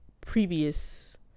previous